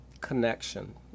connection